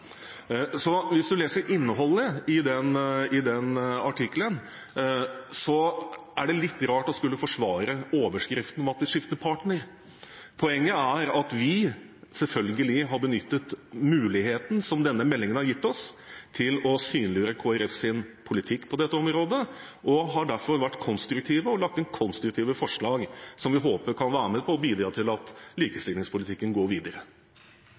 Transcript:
Så hvis man leser innholdet i artikkelen, er det litt rart å skulle forsvare overskriften, at vi «skifter partner». Poenget er at vi selvfølgelig har benyttet muligheten som denne meldingen har gitt oss, til å synliggjøre Kristelig Folkepartis politikk på dette området, og har derfor vært konstruktive og lagt inn konstruktive forslag, som vi håper kan være med på å bidra til at likestillingspolitikken går videre.